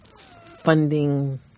funding